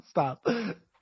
Stop